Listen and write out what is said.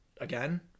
again